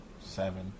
seven